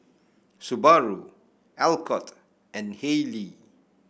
Subaru Alcott and Haylee